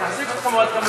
נחזיק אתכם עוד כמה דקות.